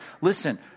Listen